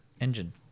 Engine